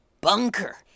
bunker